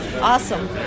Awesome